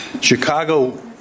Chicago